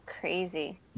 crazy